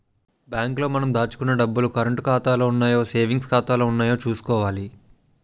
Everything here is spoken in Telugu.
బ్యాంకు లో మనం దాచుకున్న డబ్బులు కరంటు ఖాతాలో ఉన్నాయో సేవింగ్స్ ఖాతాలో ఉన్నాయో చూసుకోవాలి